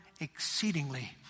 exceedingly